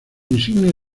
insignia